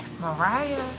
Mariah